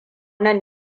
nan